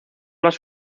las